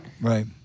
right